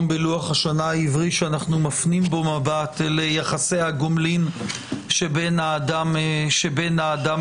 בלוח השנה העברי שאנחנו מפנים בו מבט ליחסי הגומלין שבין האדם לטבע.